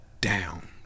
down